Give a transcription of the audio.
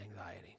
anxiety